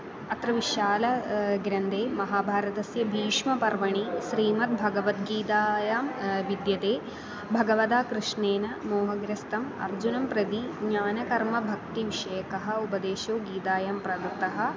अत्र विशाल ग्रन्थे महाभारतस्य भीष्मपर्वणि श्रीमद्भगवद्गीतायां विद्यते भगवता कृष्णेन मोहग्रस्तम् अर्जुनं प्रति ज्ञानकर्मभक्तिविषयकः उपदेशो गीतायां प्रदत्तः